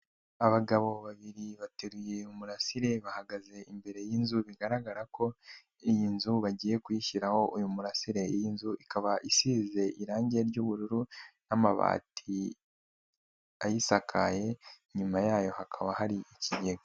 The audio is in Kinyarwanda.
Abagabo babiri bateruye imirasire bahagaze imbere y'inzu bigaragara ko iyi nzu bagiye kuyishyiraho uyu murasire. Iy'inzu ikaba isize irangi ry'ubururu n'amabati ayisakaye inyuma yayo hakaba hari ikigega.